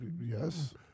Yes